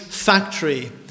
Factory